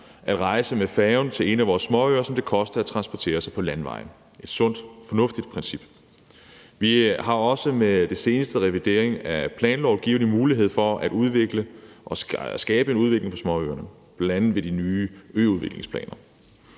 at rejse med færgen til en af vores småøer, som det koster at transportere sig på landevejen. Det er et sundt og fornuftigt princip. Vi har også med den seneste revidering af planloven givet mulighed for at udvikle og skabe en udvikling på småøerne, bl.a. ved de nye øudviklingsplaner.